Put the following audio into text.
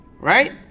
right